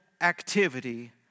activity